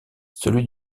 celui